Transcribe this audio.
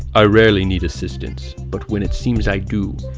i rarely need assistance, but when it seems i do,